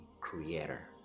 Creator